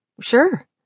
Sure